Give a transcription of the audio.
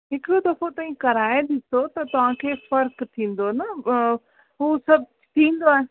हिकिड़ो दफ़ो तव्हीं कराए ॾिसो त तव्हांखे फ़र्क़ु थींदो न हू सभु थींदो आहे